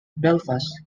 belfast